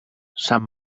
san